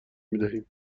میدهیم